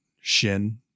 Shin